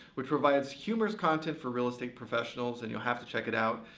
which provides humorous content for real estate professionals. and you'll have to check it out.